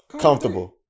Comfortable